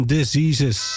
Diseases